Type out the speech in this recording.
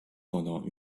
pendant